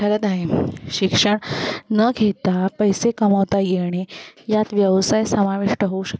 ठरत आहे शिक्षण न घेता पैसे कमावता येणे यात व्यवसाय समाविष्ट होऊ शकतात